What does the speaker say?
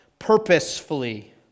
purposefully